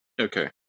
Okay